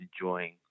enjoying